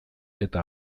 eta